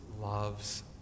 loves